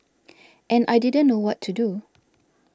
and I didn't know what to do